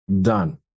Done